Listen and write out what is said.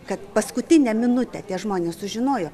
kad paskutinę minutę tie žmonės sužinojo